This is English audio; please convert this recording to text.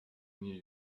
new